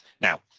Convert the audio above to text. Now